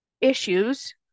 issues